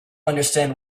understand